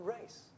race